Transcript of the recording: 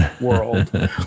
world